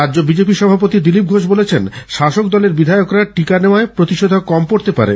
রাজ্য বিজেপি সভাপতি দিলীপ ঘোষ বলেছেন শাসকদলের বিধায়করা টিকা নেওয়ায় প্রতিষেধক কম পড়তে পারে